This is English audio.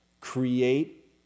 Create